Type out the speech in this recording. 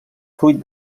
fruit